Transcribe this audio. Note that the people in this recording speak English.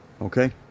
Okay